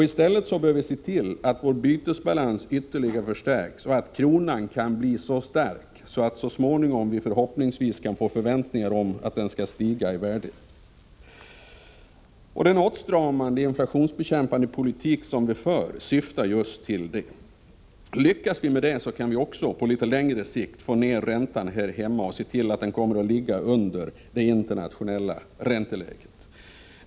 I stället bör vi se till att vår bytesbalans ytterligare förstärks och att kronan kan bli så stark att vi så småningom förhoppningsvis kan få förväntningar om att den skall stiga i värde. Den åtstramande och inflationsbekämpande politik som vi för syftar just till det. Lyckas vi med detta, kan vi också på litet längre sikt få ner räntan här hemma och se till att den kommer att ligga under det internationella ränteläget.